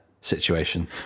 situation